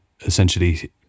essentially